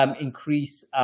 increase